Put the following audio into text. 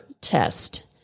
test